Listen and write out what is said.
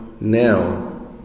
now